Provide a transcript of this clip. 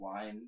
line